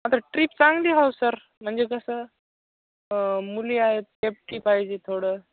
आता ट्रीप चांगली हवं सर म्हणजे कसं मुली आहेत सेप्टी पाहिजे थोडं